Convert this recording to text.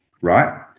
right